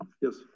Yes